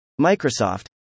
Microsoft